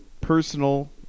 personal